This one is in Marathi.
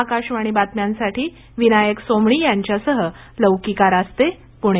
आकाशवाणी बातम्यांसाठी विनायक सोमणी यांच्यासह लौकिका रास्ते पुणे